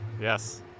Yes